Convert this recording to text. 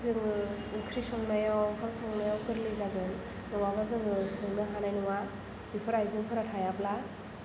जोङो ओंख्रि संनायाव ओंखाम संनायाव गोरलै जागोन नङाबा जोङो संनो हानाय नङा बेफोर आयजेंफोरा थायाब्ला